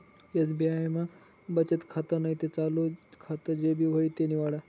SBI मा बचत खातं नैते चालू खातं जे भी व्हयी ते निवाडा